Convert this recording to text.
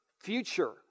future